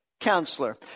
counselor